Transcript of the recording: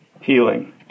healing